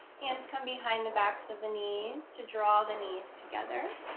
hands come behind the backs of the knees to draw the knees together.